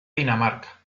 dinamarca